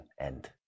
end